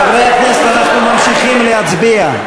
חברי הכנסת, אנחנו ממשיכים להצביע.